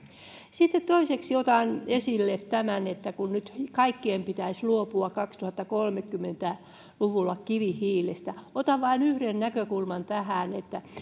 sitten toiseksi otan esille tämän että nyt kaikkien pitäisi luopua kaksituhattakolmekymmentä luvulla kivihiilestä otan vain yhden näkökulman tähän